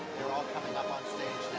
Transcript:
they're all coming up on stage